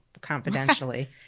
confidentially